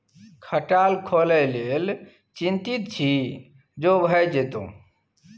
खटाल खोलय लेल चितिंत छी जो भए जेतौ